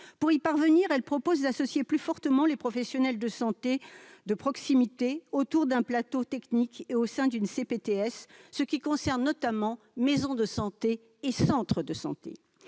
Pour y parvenir, elle propose d'associer plus fortement les professionnels de santé de proximité autour d'un plateau technique et au sein d'une CPTS, ce qui concerne notamment les maisons de santé et les centres de santé.